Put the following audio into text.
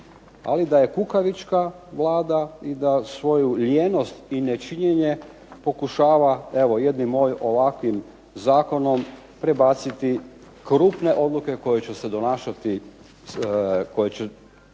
ali da je kukavička Vlada i da svoju lijenost i nečinjenje pokušava jednim evo ovakvim zakonom prebaciti krupne odluke koje će se donašati,